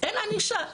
אין ענישה,